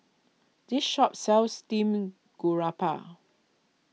this shop sells Steamed Garoupa